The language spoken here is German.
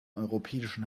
europäischen